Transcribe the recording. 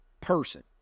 person